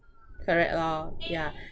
correct lor ya